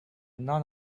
none